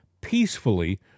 peacefully